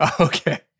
Okay